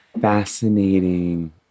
fascinating